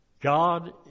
God